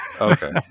Okay